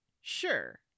sure